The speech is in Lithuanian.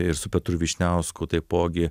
ir su petru vyšniausku taipogi